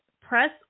press